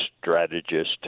strategist